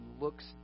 looks